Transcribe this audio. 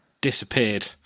disappeared